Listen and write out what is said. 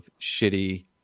shitty